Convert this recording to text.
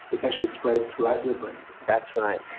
it's actually spread throughout your brain. that's right.